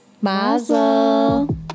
Mazel